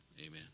amen